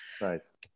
nice